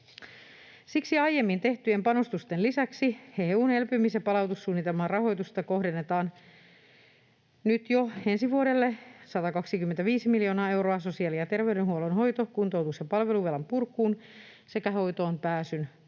Siksi aiemmin tehtyjen panostusten lisäksi EU:n elpymis‑ ja palautumissuunnitelman rahoitusta kohdennetaan nyt jo ensi vuodelle 125 miljoonaa euroa sosiaali‑ ja terveydenhuollon hoito‑, kuntoutus‑ ja palveluvelan purkuun sekä hoitoonpääsyn